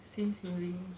same feeling